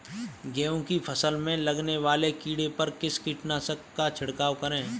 गेहूँ की फसल में लगने वाले कीड़े पर किस कीटनाशक का छिड़काव करें?